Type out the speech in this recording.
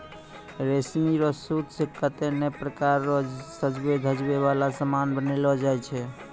रेशमी रो सूत से कतै नै प्रकार रो सजवै धजवै वाला समान बनैलो जाय छै